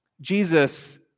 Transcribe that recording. Jesus